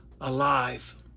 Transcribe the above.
alive